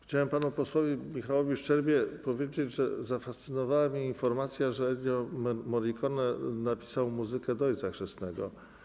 Chciałem panu posłowi Michałowi Szczerbie powiedzieć, że zafascynowała mnie informacja, że Ennio Morricone napisał muzykę do „Ojca chrzestnego”